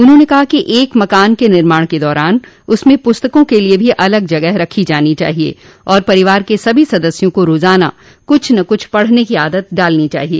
उन्होंने कहा कि एक मकान के निर्माण के दौरान उसमें पुस्तकों के लिए भी अलग जगह रखी जानी चाहिए और परिवार के सभी सदस्यों को रोजाना कुछ न कुछ पढ़ने की आदत डालनी चाहिए